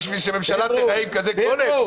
בשביל שהממשלה תכהן עם כזה גודל?